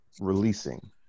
releasing